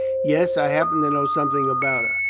yes i happen to know something about her.